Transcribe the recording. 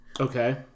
Okay